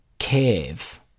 cave